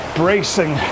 bracing